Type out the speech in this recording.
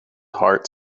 heart